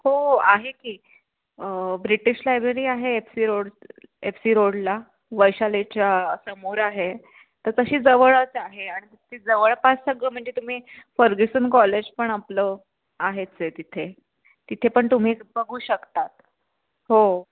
हो आहे की ब्रिटिश लायब्ररी आहे F C road F C रोडला वैशालीच्या समोर आहे तर तशी जवळच आहे आणि ती जवळपास सगळं म्हणजे तुम्ही फर्ग्यूसन कॉलेज पण आपलं आहेच त्या तिथे तिथे पण तुम्ही बघू शकतात हो